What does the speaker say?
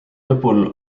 lõpul